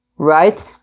Right